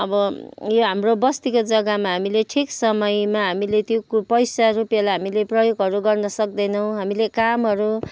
अब यो हाम्रो बस्तीको जग्गामा हामीले ठिक समयमा हामीले त्यो कु पैसा रुपियाँलाई हामीले प्रयोगहरू गर्न सक्दैनौँ हामीले कामहरू